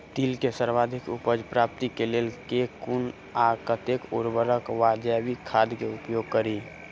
तिल केँ सर्वाधिक उपज प्राप्ति केँ लेल केँ कुन आ कतेक उर्वरक वा जैविक खाद केँ उपयोग करि?